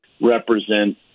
represent